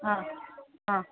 ಹಾಂ ಹಾಂ